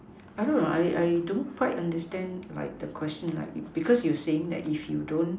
I don't know I I don't quite understand like the question like because you saying that if you don't